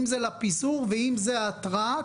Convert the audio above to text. אם זה לפיזור ואם זה התרעה,